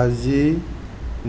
আজি